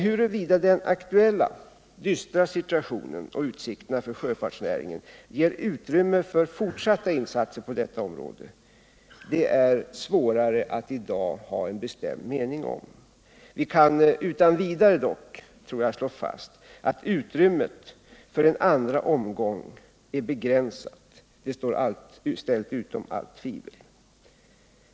Huruvida den aktuella dystra situationen och utsikterna för sjöfartsnäringen ger utrymme för fortsatta insatser på detta område är svårare att i dag ha en bestämd mening om. Jag tror dock att vi utan vidare kan slå fast att utrymmet för en andra omgång är begränsat. Det är ställt utom allt tvivel.